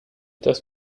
does